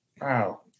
Wow